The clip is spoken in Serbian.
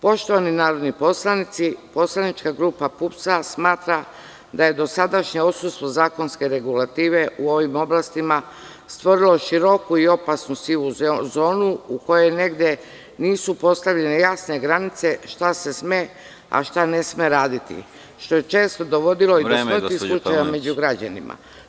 Poštovani narodni poslanici, poslanička grupa PUPS smatra da je dosadašnje odsustvo zakonske regulative u ovim oblastima stvorilo široku i opasnu sivu zonu u kojoj negde nisu postavljene jasne granice šta se sme, a šta ne sme raditi što je često dovodilo do smrtnih slučajeva među građanima.